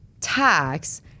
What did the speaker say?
tax